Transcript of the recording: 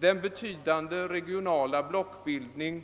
Den betydande regionala blockbildning